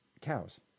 cows